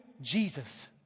Jesus